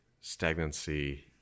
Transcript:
stagnancy